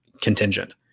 contingent